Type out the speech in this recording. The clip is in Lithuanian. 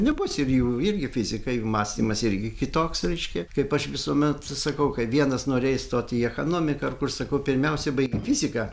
nebus ir jų irgi fizikai jų mąstymas irgi kitoks reiškia kaip aš visuomet sakau kai vienas norėjo įstot į ekonomiką ar kur sakau pirmiausia baik fiziką